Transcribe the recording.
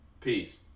Peace